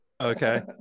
Okay